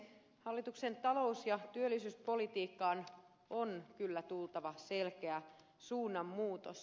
hallituksen talous ja työllisyyspolitiikkaan on kyllä tultava selkeä suunnanmuutos